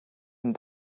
and